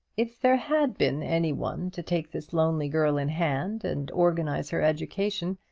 if there had been any one to take this lonely girl in hand and organize her education,